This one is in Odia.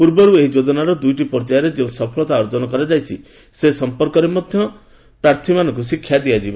ପୂର୍ବରୁ ଏହି ଯୋଜନାର ଦୁଇଟି ପର୍ଯ୍ୟାୟରେ ଯେଉଁ ସଫଳତା ଅର୍ଜନ କରାଯାଇଛି ସେ ସଫପର୍କରେ ମଧ୍ୟ ପ୍ରାର୍ଥୀମାନଙ୍କୁ ଶିକ୍ଷା ଦିଆଯିବ